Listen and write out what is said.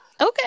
okay